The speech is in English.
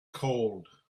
cold